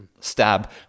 Stab